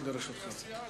דקות לרשותך.